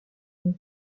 dans